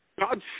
God